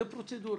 זאת פרוצדורה.